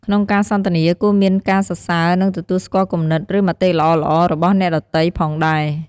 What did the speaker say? ក្នុងការសន្ទនា គួរមានការសរសើរ និងទទួលស្គាល់គំនិត ឬមតិល្អៗរបស់អ្នកដ៏ទៃផងដែរ។